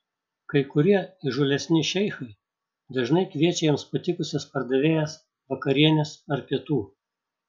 kai kurie įžūlesni šeichai dažnai kviečia jiems patikusias pardavėjas vakarienės ar pietų